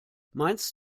meinst